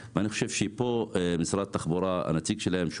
2030. הנציג של משרד התחבורה נמצא פה,